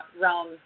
realm